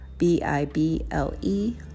B-I-B-L-E